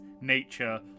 nature